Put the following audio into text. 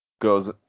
goes